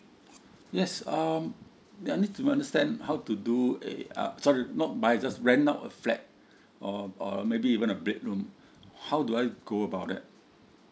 yes um I need to understand how to do (uh huh) sorry not by just rent out a flat or or maybe even a bedroom how do I go about that